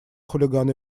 хулиган